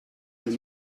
des